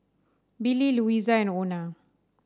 Billie Louisa and Ona